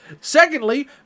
Secondly